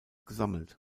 gesammelt